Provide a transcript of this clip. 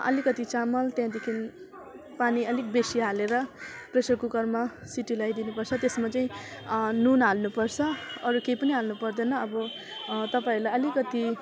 अलिकति चामल त्यहाँदेखि पानी अलिक बेसी हालेर प्रेसर कुकरमा सिटी लाइदिनुपर्छ त्यसमा चाहिँ नुन हाल्नुपर्छ अरू कही पनि हाल्नु पर्दैन अब तपाईँहरूलाई आलिकति